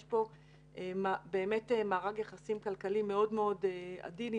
יש פה מארג יחסים כלכלי מאוד מאוד עדין,